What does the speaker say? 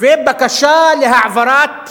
ובקשה להעברת